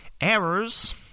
Errors